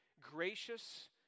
gracious